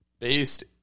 based